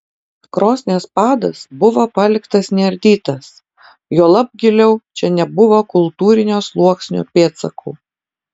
krosnies padas buvo paliktas neardytas juolab giliau čia nebuvo kultūrinio sluoksnio pėdsakų